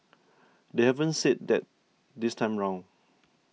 they haven't said that this time round